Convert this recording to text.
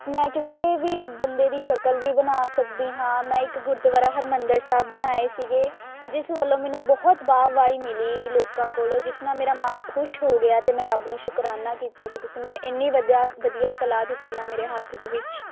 ਮੈਂ ਕਿਸੇ ਵੀ ਬੰਦੇ ਦੀ ਸ਼ਕਲ ਵੀ ਬਣਾ ਸਕਦੀ ਹਾਂ ਮੈਂ ਇੱਕ ਗੁਰਦੁਆਰਾ ਹਰਿਮੰਦਰ ਸਾਹਿਬ ਬਣਾਏ ਸੀਗੇ ਜਿਸ ਵੱਲੋਂ ਮੈਨੂੰ ਬਹੁਤ ਵਾਹ ਵਾਹੀ ਮਿਲੀ ਲੋਕਾਂ ਕੋਲੋਂ ਜਿਸ ਨਾਲ ਮੇਰਾ ਮਨ ਖੁਸ਼ ਹੋ ਗਿਆ ਅਤੇ ਮੈਂ ਰੱਬ ਨੂੰ ਸ਼ੁਕਰਾਨਾ ਕੀਤਾ ਕਿ ਤੁਸੀਂ ਮੈਨੂੰ ਇੰਨੀ ਵਿਦਿਆ ਵਧੀਆ ਕਲਾ ਦਿੱਤੀ ਆ ਮੇਰੇ ਹੱਥ ਦੇ ਵਿੱਚ